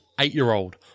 Eight-year-old